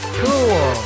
cool